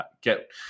get